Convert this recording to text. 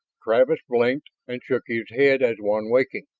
travis blinked and shook his head as one waking.